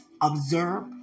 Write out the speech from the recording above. observe